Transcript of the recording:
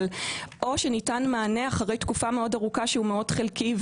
או שניתן מענה אחרי תקופה מאוד ארוכה שהוא מאוד חלקי,